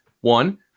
one